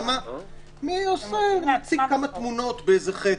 להציג כמה תמונות בחדר.